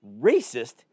racist